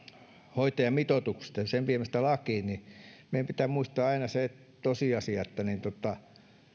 hoitajamitoituksesta ja sen viemisestä lakiin niin meidän pitää muistaa aina se tosiasia että